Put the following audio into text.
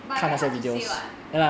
but very hard to say [what]